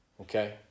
okay